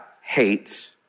hates